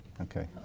okay